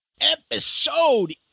episode